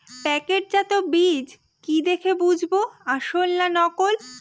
প্যাকেটজাত বীজ কি দেখে বুঝব আসল না নকল?